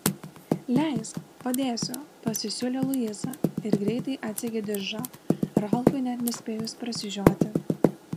leisk padėsiu pasisiūlė luiza ir greitai atsegė diržą ralfui net nespėjus prasižioti